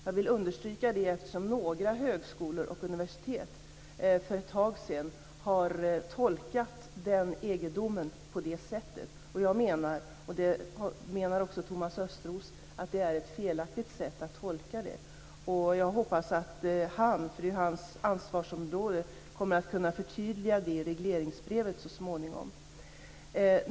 Jag vill understryka det, eftersom några högskolor och universitet för ett tag sedan tolkade EG-domen på det sättet. Jag menar, och det menar också Thomas Östros, att det är ett felaktigt sätt att tolka detta. Jag hoppas att han, för det är ju hans ansvarsområde, kommer att kunna förtydliga det i regleringsbrevet så småningom.